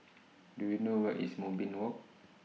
Do YOU know Where IS Moonbeam Walk